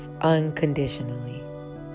unconditionally